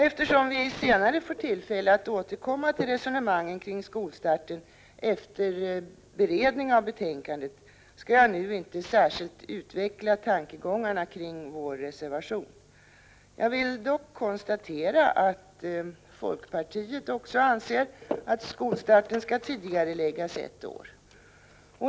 Eftersom vi senare får tillfälle att återkomma till resonemangen kring skolstarten efter beredning av betänkandet, skall jag nu inte särskilt utveckla tankegångarna kring vår reservation. Jag vill dock konstatera att också folkpartiet anser att skolstarten skall tidigareläggas ett år.